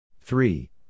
Three